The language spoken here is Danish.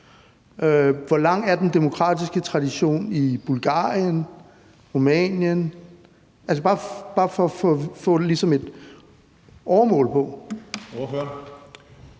Hvor lang er den demokratiske tradition i Bulgarien og Rumænien? Det er bare for at få et åremål på.